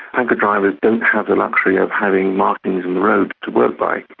tanker drivers don't have the luxury of having markings in the roads to work by.